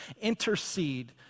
intercede